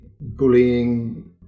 bullying